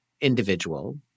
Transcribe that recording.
individual